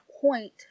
point